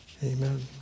Amen